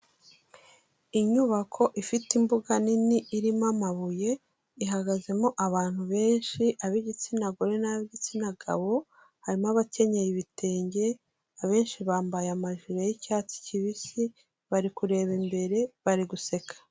Inyubako ifite imbuga nini irimo amabuye ihagazemo abantu benshi ab'igitsina gore n'ab'igitsina gabo, harimo abakenyeye ibitenge abenshi bambaye amajire y'icyatsi kibisi bari kureba imbere bari guseka.